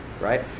Right